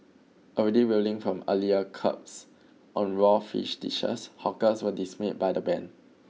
already reeling from earlier curbs on raw fish dishes hawkers were dismayed by the ban